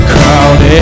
Crowded